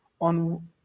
on